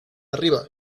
arriba